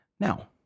now